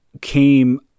came